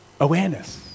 Awareness